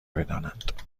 بدانند